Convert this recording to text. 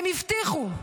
הם הבטיחו: